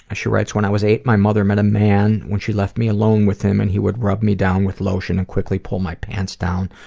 ah she writes, when i was eight, my mother met a man. when she left me alone with him, and he would rub me down with lotion and quickly pull my pants down,